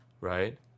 right